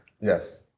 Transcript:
Yes